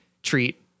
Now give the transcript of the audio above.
treat